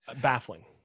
Baffling